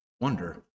wonder